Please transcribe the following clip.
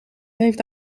heeft